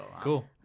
cool